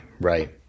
Right